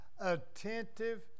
attentive